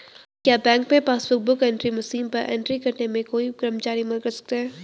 क्या बैंक में passbook book entry machine पर एंट्री करने में कोई कर्मचारी मदद कर सकते हैं?